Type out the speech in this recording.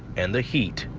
and the heat.